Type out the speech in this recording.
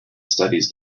studies